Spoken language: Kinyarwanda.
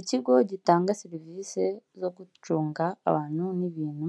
Ikigo gitanga serivisi zo gucunga abantu n'ibintu